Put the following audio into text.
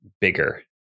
bigger